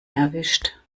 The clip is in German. erwischt